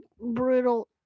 Brutal